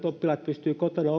oppilaat pystyvät kotona